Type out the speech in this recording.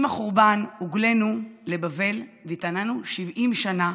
עם החורבן הוגלינו לבבל והתענינו במשך 70 שנה,